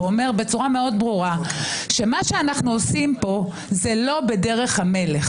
ואומר בצורה מאוד ברורה שמה שאנחנו עושים פה זה לא בדרך המלך,